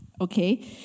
Okay